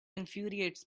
infuriates